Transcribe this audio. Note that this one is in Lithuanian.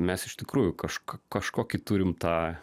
mes iš tikrųjų kažką kažkokį turim tą